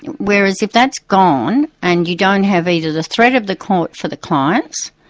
whereas if that's gone and you don't have either the threat of the court for the clients,